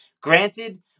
Granted